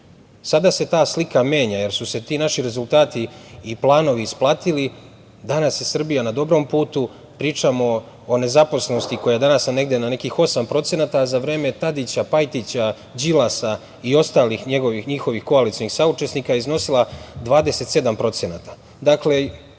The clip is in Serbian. se ta slika menja, jer su se ti naši rezultati i planovi isplatili. Danas je Srbija na dobrom putu. Pričamo o nezaposlenosti koja je danas na nekih 8%, a za vreme Tadića, Pajtića, Đilasa i ostalih njihovih koalicionih saučesnika iznosila je 27%.